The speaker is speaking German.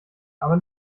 aber